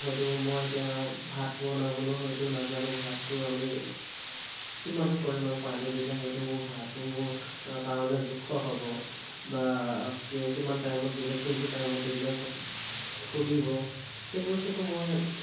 হয়তো মই এতিয়া ভাত বনাবলৈ হয়তো নাজানো ভাতটো আমি কিমানটো পৰিমাণৰ পানী দিলে হয়তো মোৰ ভাতটো মোৰ কাৰণে জোখৰ হ'ব বা কিমান টাইমত দিলে কোনটো টাইমত দিলে ফুলিব সেই বস্তুটো মই